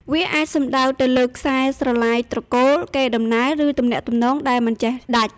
វាអាចសំដៅទៅលើខ្សែស្រឡាយត្រកូល កេរដំណែល ឬទំនាក់ទំនងដែលមិនចេះដាច់។